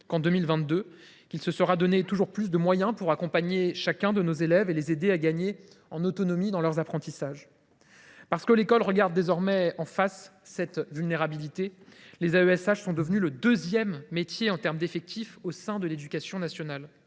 dire qu’il s’est donné toujours plus de moyens pour accompagner chacun de nos élèves et les aider à gagner en autonomie dans leurs apprentissages. Parce que l’école regarde désormais en face cette vulnérabilité, les AESH sont devenus le deuxième métier en termes d’effectifs au sein de l’éducation nationale.